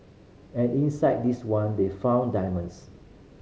and inside this one they found diamonds